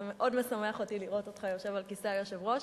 זה מאוד משמח אותי לראות אותך יושב על כיסא היושב-ראש,